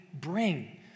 bring